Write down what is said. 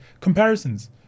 Comparisons